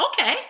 okay